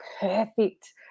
perfect